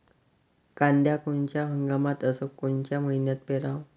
कांद्या कोनच्या हंगामात अस कोनच्या मईन्यात पेरावं?